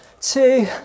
two